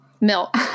milk